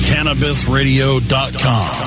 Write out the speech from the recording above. CannabisRadio.com